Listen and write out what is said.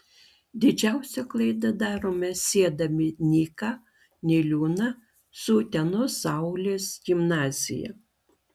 didžiausią klaidą darome siedami nyką niliūną su utenos saulės gimnazija